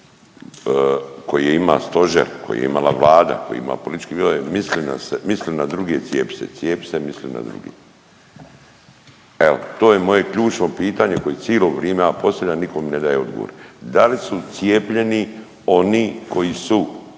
koji je ima stožer, koji je imala Vlada koji ima politički bilo je misli na druge cijepi se, cijepi se misli na druge. Evo to je moje ključno pitanje koji cilo vrijeme ja postavljam, a niko mi ne daje odgovor. Da li su cijepljeni oni koji su